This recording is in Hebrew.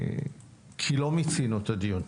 כי לא מיצינו את הדיון.